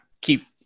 keep